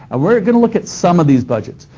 and we're going to look at some of these budgets.